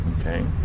okay